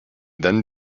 then